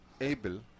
able